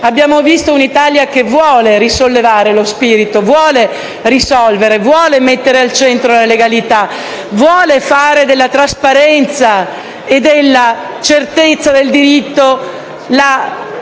abbiamo visto un'Italia che vuole risollevare lo spirito, risolvere i problemi e mettere al centro la legalità, vuole fare della trasparenza e della certezza del diritto la